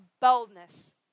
boldness